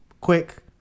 quick